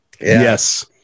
Yes